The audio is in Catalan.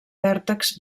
vèrtex